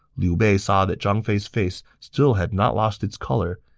liu bei saw that zhang fei's face still had not lost its color,